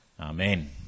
Amen